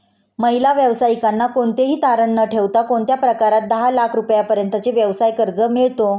महिला व्यावसायिकांना कोणतेही तारण न ठेवता कोणत्या प्रकारात दहा लाख रुपयांपर्यंतचे व्यवसाय कर्ज मिळतो?